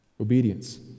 Obedience